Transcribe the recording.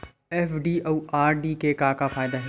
FD अउ RD के का फायदा हे?